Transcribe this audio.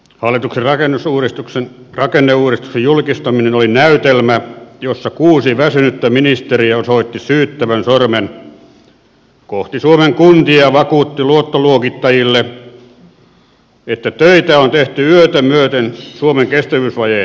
hallituksen rakenneuudistuksen julkistaminen oli näytelmä jossa kuusi väsynyttä ministeriä osoitti syyttävän sormen kohti suomen kuntia ja vakuutti luottoluokittajille että töitä on tehty yötä myöten suomen kestävyysvajeen nujertamiseksi